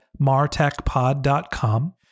martechpod.com